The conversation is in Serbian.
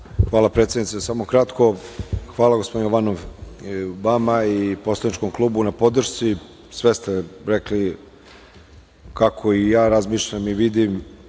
Hvala predsednice. Kratko samo. Hvala gospodine Jovanov i vama i poslaničkom klubu na podršci. Sve ste rekli kako i ja razmišljam i vidim.